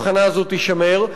תישמר.